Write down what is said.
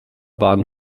waren